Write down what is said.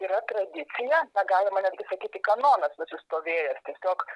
yra tradicija na galima netgi sakyti kanonas nusistovėjęs tiesiog